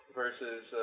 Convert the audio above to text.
versus